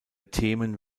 themen